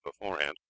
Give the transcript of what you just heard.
beforehand